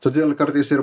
todėl kartais ir